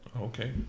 Okay